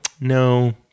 no